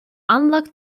unlock